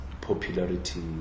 popularity